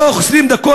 בתוך 20 דקות,